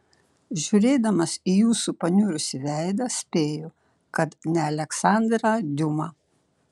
žiūrėdamas į jūsų paniurusį veidą spėju kad ne aleksandrą diuma